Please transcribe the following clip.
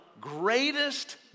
greatest